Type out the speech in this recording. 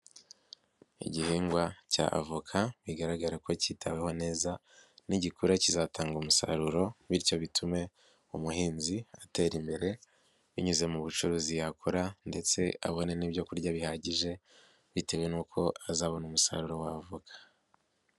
Igihingwa cya avoka bigaragara ko kitaweho neza nigikura kizatanga umusaruro bityo bitume umuhinzi atera imbere binyuze mu bucuruzi yakora ndetse abone n'ibyo kurya bihagije bitewe n'uko azabona umusaruro wa avoka.